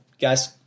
Guys